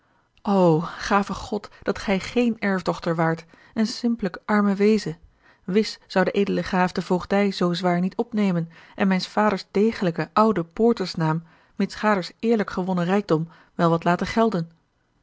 gave god dat gij geene erfdochter waart en simpelijk arme weeze wis zou de edele graaf de voogdij zoo zwaar niet opnemen en mijns vaders degelijken ouden poorters naam mitsgaders eerlijk gewonnen rijkdom wel wat laten gelden